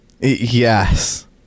yes